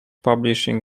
publishing